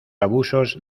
abusos